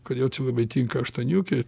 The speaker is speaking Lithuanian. kodėl čia labai tinka aštuoniukė